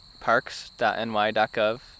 parks.ny.gov